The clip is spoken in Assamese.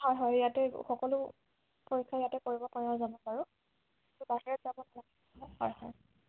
হয় হয় ইয়াতে সকলো পৰীক্ষা ইয়াতে কৰিব পৰা যাব বাৰু বাহিৰত যাব নালাগে হয় হয়